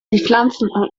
pflanzen